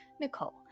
Nicole